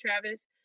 Travis